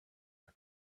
our